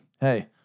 hey